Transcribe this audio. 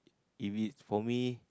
if is for me